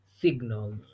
signals